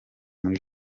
muri